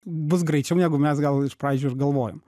bus greičiau negu mes gal iš pradžių ir galvojom